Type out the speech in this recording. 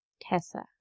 Tessa